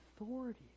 authority